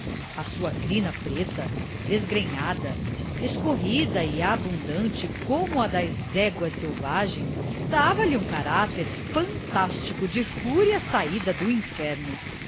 a sua crina preta desgrenhada escorrida e abundante como as das éguas selvagens dava-lhe um caráter fantástico de fúria saída do inferno